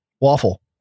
Waffle